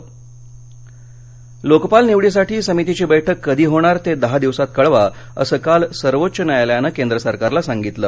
लोकपाल बळि लोकपाल निवडीसाठी समितीची बैठक कधी होणार ते दहा दिवसात कळवा असं काल सर्वोच्च न्यायालयानं केंद्र सरकारला सांगितलं